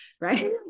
right